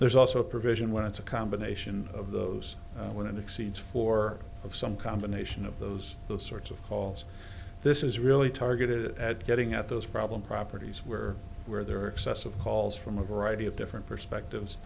there's also a provision when it's a but nation of those when it exceeds for some combination of those the sorts of calls this is really targeted at getting at those problem properties where where there are excessive calls from a variety of different perspectives